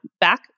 back